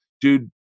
dude